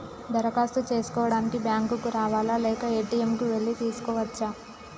దరఖాస్తు చేసుకోవడానికి బ్యాంక్ కు రావాలా లేక ఏ.టి.ఎమ్ కు వెళ్లి చేసుకోవచ్చా?